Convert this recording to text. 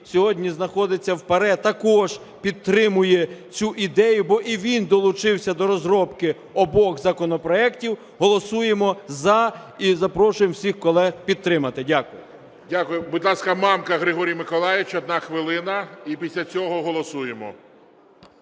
сьогодні знаходиться в ПАРЄ, також підтримує цю ідею, бо і він долучився до розробки обох законопроектів. Голосуємо за і запрошуємо всіх колег підтримати. Дякую. ГОЛОВУЮЧИЙ. Дякуємо. Будь ласка, Мамка Григорій Миколайович – 1 хвилина, і після цього голосуємо.